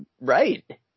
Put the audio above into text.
right